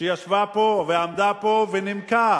שישבה פה, ועמדה פה ונימקה